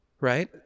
Right